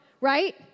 right